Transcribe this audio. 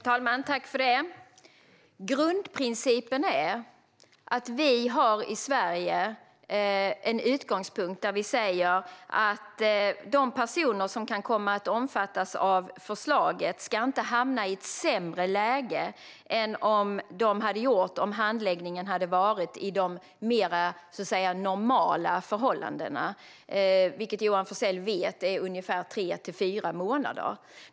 Herr talman! Grundprincipen är att vi i Sverige har en utgångspunkt där vi säger att de personer som kan komma att omfattas av förslaget inte ska hamna i ett sämre läge än de hade gjort om handläggningen hade skett under mer normala förhållanden. Johan Forssell vet att det är ungefär tre-fyra månader.